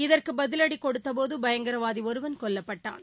இதற்கு பதிவடி கொடுத்தபோது பயங்கரவாதி ஒருவன் கொல்லப்பட்டான்